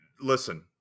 listen